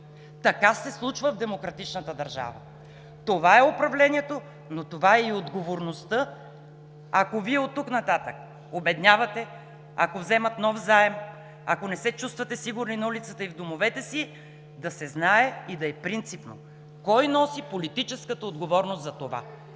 Така се случва в демократичната държава. Това е управлението, но това е и отговорността. Ако Вие от тук нататък обеднявате, ако вземат нов заем, ако не се чувствате сигурни на улицата и в домовете си, да се знае и да е принципно кой носи политическата отговорност за това.